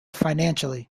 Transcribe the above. financially